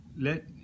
Let